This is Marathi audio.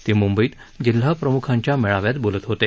ते म्ंबईत जिल्हाप्रम्खांच्या मेळाव्यात बोलत होते